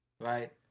Right